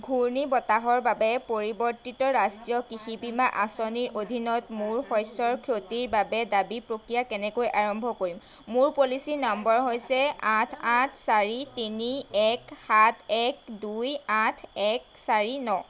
ঘূৰ্ণীবতাহৰ বাবে পৰিৱৰ্তিত ৰাষ্ট্ৰীয় কৃষি বীমা আঁচনিৰ অধীনত মোৰ শস্যৰ ক্ষতিৰ বাবে দাবী প্ৰক্ৰিয়া কেনেকৈ আৰম্ভ কৰিম মোৰ পলিচি নম্বৰ হৈছে আঠ আঠ চাৰি তিনি এক সাত এক দুই আঠ এক চাৰি ন